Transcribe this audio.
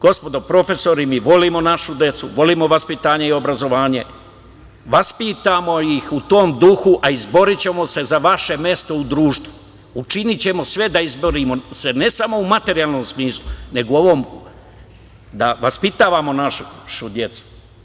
Gospodo profesori mi volimo našu decu, volimo vaspitanje i obrazovanje, vaspitamo ih u tom duhu, a izborićemo se za vaše mesto u društvu, učinićemo sve da se izborimo, ne samo u materijalnom smislu, nego u ovom da vaspitavamo našu decu.